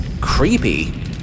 creepy